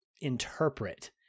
interpret